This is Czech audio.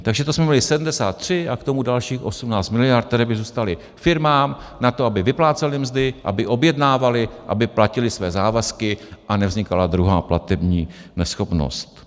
Takže to jsme měli 73 a k tomu dalších 18 miliard, které by zůstaly firmám na to, aby vyplácely mzdy, aby objednávaly, aby platily své závazky a nevznikala druhá platební neschopnost.